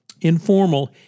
informal